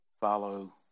follow